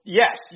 yes